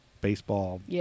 baseball